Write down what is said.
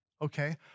Okay